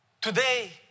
Today